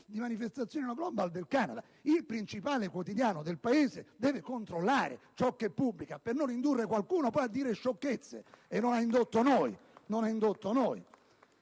di manifestazioni *no global* del Canada. Il principale quotidiano del Paese deve controllare ciò che pubblica, per non indurre poi qualcuno a dire sciocchezze; non ha indotto